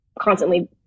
constantly